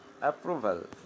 approval